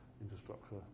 infrastructure